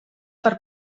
per